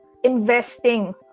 Investing